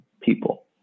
people